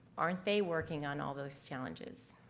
aren't they working on all those challenges?